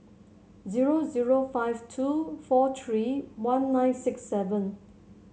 zero zero five two four three one nine six seven